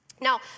Now